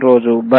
మంచి రోజు